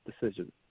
decision